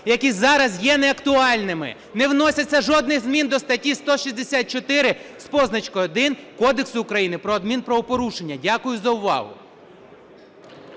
які зараз є неактуальними. Не вноситься жодних змін до статті 164 з позначкою 1 Кодексу України про адмінправопорушення. Дякую за увагу.